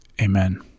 Amen